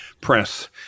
press